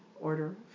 order